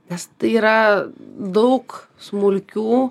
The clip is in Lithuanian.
nes tai yra daug smulkių